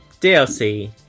DLC